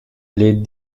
les